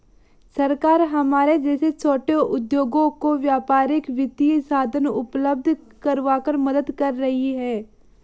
सरकार हमारे जैसे छोटे उद्योगों को व्यापारिक वित्तीय साधन उपल्ब्ध करवाकर मदद कर रही है